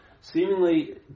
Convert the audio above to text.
Seemingly